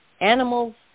animals